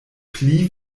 pli